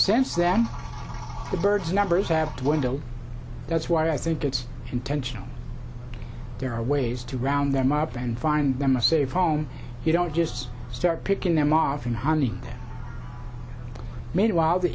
sense that the birds numbers have dwindled that's why i think it's intentional there are ways to round them up and find them a safe home you don't just start picking them off in honey made while the